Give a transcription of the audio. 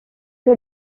que